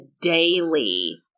daily